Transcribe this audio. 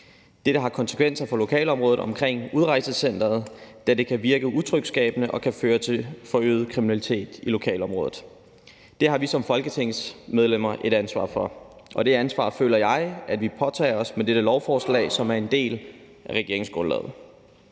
Dette har konsekvenser for området omkring udrejsecenteret, da det kan virke utryghedsskabende og kan føre til forøget kriminalitet i lokalområdet. Det har vi som folketingsmedlemmer et ansvar for, og det ansvar føler jeg at vi påtager os med dette lovforslag, som er en del af regeringsgrundlaget.